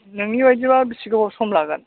नोंनि बायदिबा बेसे गोबाव सम लागोन